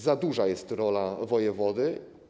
Za duża jest rola wojewody.